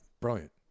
brilliant